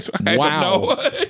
Wow